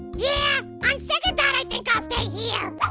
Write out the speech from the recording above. yeah, on second thought i think i'll stay here.